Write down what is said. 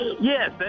Yes